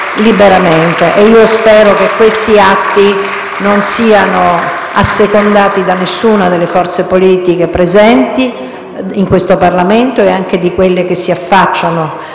Io spero che questi atti non siano assecondati da nessuna delle forze politiche presenti in questo Parlamento e neanche da quelle che si affacciano